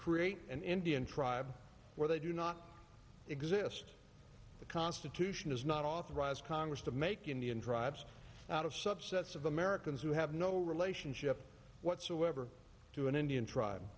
create an indian tribe where they do not exist asked the constitution does not authorize congress to make indian tribes out of subsets of americans who have no relationship whatsoever to an indian tribe